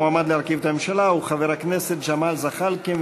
המועמד להרכיב את הממשלה הוא חבר הכנסת ג'מאל זחאלקה.